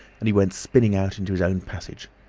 and he went spinning out into his own passage.